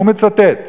והוא מצטט.